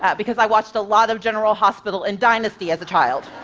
because i watched a lot of general hospital and dynasty as a child.